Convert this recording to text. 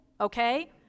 okay